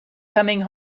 coming